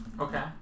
Okay